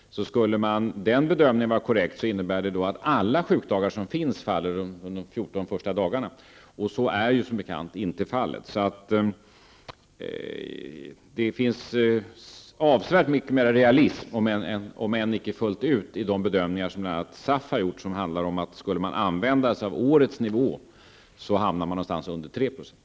Skulle bedömningen 5--6 % var korrekt, innebär detta att alla sjukdagar infaller under de första 14 dagarna, men så är ju som bekant inte fallet. Det ligger avsevärt mycket mer realism, om än icke fullt ut, i de bedömningar som bl.a. SAF har gjort och som visar att om man använder sig av årets nivå, hamnar man någonstans under 3 %.